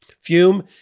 Fume